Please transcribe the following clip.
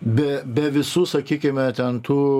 be be visų sakykime ten tų